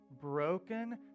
broken